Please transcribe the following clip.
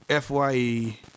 FYE